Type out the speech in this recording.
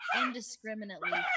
Indiscriminately